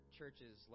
churches